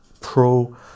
pro